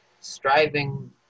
striving